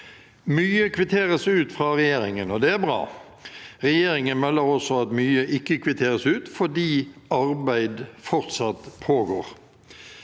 Mye kvitteres ut fra regjeringen, og det er bra. Regjeringen melder også at mye ikke kvitteres ut fordi arbeid fortsatt pågår.